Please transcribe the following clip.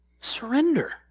surrender